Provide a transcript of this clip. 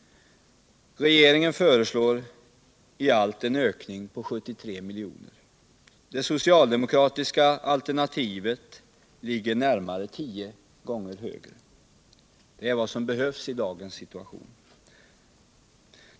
Regeringen föreslår i allt en ökning på 73 milj.kr. Det socialdemokratiska alternativet ligger närmare tio gånger högre. Det är vad som behövs i dagens situation.